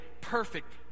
perfect